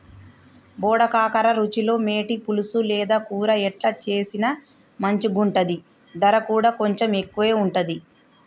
బోడ కాకర రుచిలో మేటి, పులుసు లేదా కూర ఎట్లా చేసిన మంచిగుంటది, దర కూడా కొంచెం ఎక్కువే ఉంటది